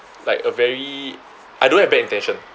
like a very I don't have bad intention